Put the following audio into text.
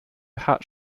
hat